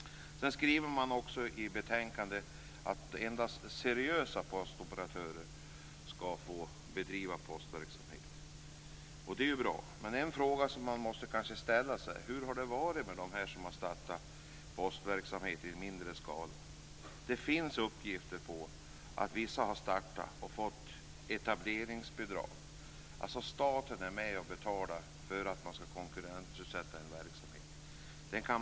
I betänkandet säger man att endast seriösa postoperatörer skall få bedriva postverksamhet. Detta är bra. Men en fråga som man kanske måste ställa sig är följande: Hur har det varit med dem som i mindre skala har startat postverksamhet? Det finns uppgifter om att vissa har startat en verksamhet och fått etableringsbidrag. Staten är alltså med och betalar för att konkurrensutsätta en verksamhet.